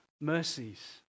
mercies